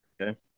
Okay